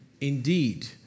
indeed